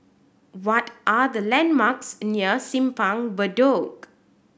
what are the landmarks near Simpang Bedok